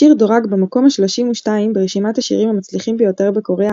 השיר דורג במקום ה-32 ברשימת השירים המצליחים ביותר בקוריאה